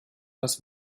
das